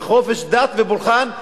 וחופש דת ופולחן,